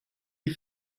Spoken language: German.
die